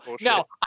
no